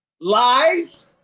lies